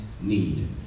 need